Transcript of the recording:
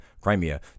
Crimea